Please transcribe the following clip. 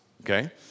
Okay